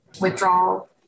withdrawal